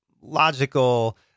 logical